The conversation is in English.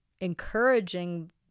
encouraging